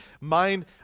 mind